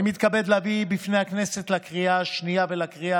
אני מתכבד להביא בפני הכנסת לקריאה השנייה ולקריאה